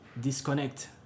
disconnect